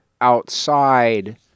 outside